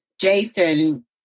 Jason